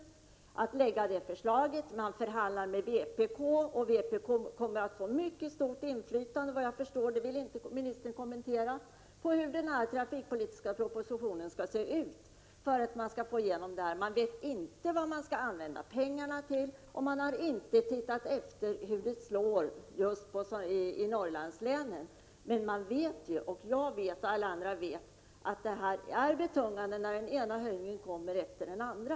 Man förhandlar med vpk, och för att man skall få igenom förslaget kommer vpk, såvitt jag förstår, att få ett mycket stort inflytande — det vill inte kommunikationsministern kommentera — på hur den trafikpolitiska propositionen skall se ut. Man vet inte vad man skall använda pengarna till, och man har inte tittat efter hur förslaget slår just i 119 Norrlandslänen. Men man vet, jag vet och alla andra vet, att det är betungande när den ena höjningen kommer efter den andra.